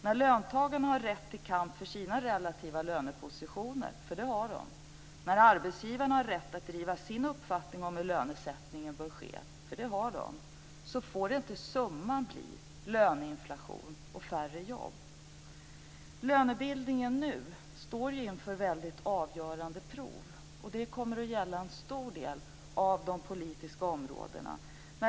När löntagarna har rätt till kamp för sina relativa lönepositioner, för det har de, och när arbetsgivarna har rätt att driva sin uppfattning om hur lönesättningen bör ske, för det har de, får inte summan bli löneinflation och färre jobb. Nu står lönebildningen inför ett väldigt avgörande prov. Det kommer att gälla en stor del av de politiska områdena.